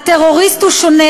הטרוריסט הוא שונה,